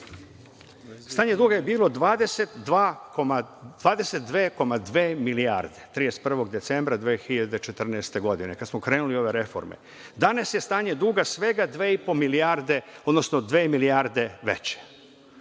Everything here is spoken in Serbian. Stanje duga je bilo 22,2 milijarde 31. decembra 2014. godine, kada smo krenuli u ove reforme. Danas je stanje duga svega dve milijarde veće.